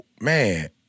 man